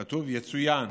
כתוב: יצוין